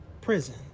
prison